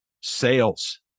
sales